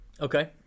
Okay